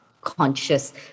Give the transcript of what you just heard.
conscious